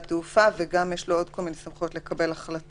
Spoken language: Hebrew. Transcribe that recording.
התעופה ויש לו עוד כל מיני סמכויות לקבל החלטות,